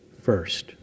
First